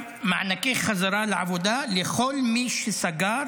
מענקי חזרה לעבודה לכל מי שסגר